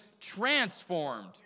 transformed